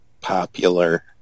popular